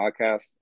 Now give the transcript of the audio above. Podcast